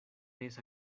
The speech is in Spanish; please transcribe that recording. esa